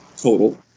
total